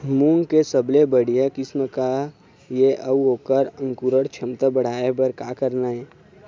मूंग के सबले बढ़िया किस्म का ये अऊ ओकर अंकुरण क्षमता बढ़ाये बर का करना ये?